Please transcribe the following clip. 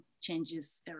changes